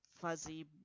fuzzy